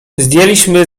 zdjęliśmy